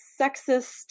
sexist